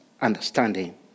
understanding